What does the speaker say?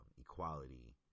equality